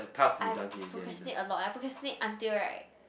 I have procrastinate a lot I procrastinate until right